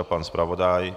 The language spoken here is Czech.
Pan zpravodaj?